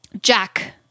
Jack